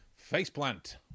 Faceplant